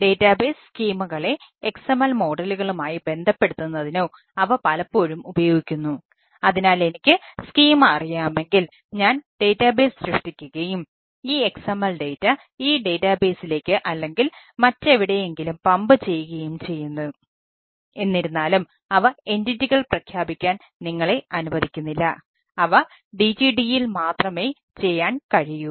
type വാലിഡേഷനോ പ്രഖ്യാപിക്കാൻ നിങ്ങളെ അനുവദിക്കുന്നില്ല അവ DTD യിൽ മാത്രമേ ചെയ്യാൻ കഴിയൂ